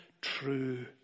True